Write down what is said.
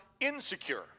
insecure